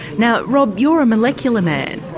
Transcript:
now rob you're a molecular man,